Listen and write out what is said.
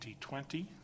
2020